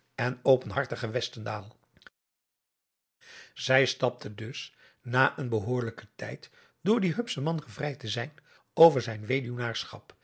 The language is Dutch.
en openhartigen westendaal zij stapte dus na een behoorlijken tijd door dien hupschen man gevrijd te zijn over zijn